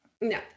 No